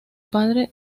padre